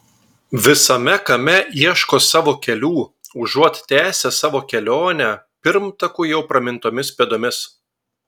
visame kame ieško savo kelių užuot tęsę savo kelionę pirmtakų jau pramintomis pėdomis